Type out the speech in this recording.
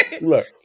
Look